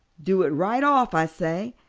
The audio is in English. do it right off, i say,